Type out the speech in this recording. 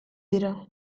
dira